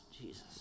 Jesus